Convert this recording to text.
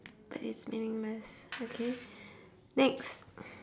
that is meaningless okay next